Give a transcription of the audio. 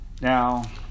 now